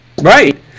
Right